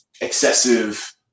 excessive